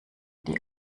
die